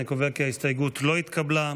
אני קובע כי ההסתייגות לא התקבלה.